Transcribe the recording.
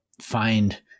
find